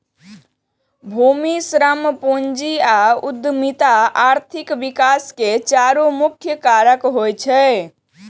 भूमि, श्रम, पूंजी आ उद्यमिता आर्थिक विकास के चारि मुख्य कारक होइ छै